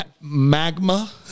magma